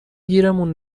گیرمون